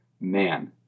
man